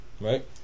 Right